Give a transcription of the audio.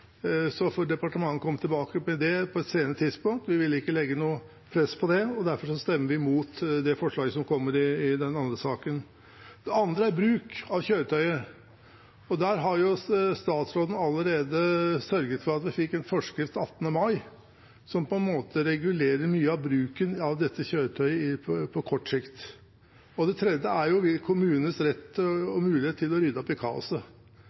Så får departementet komme tilbake med det på et senere tidspunkt. Vi vil ikke legge noe press på det. Derfor stemmer vi mot det forslaget som kommer i den andre saken. Det andre er bruk av kjøretøyet. Der har statsråden allerede sørget for at vi fikk en forskrift 18. mai, som på en måte regulerer mye av bruken av dette kjøretøyet på kort sikt. Det tredje gjelder kommunenes rett og mulighet til å rydde